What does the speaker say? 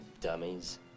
dummies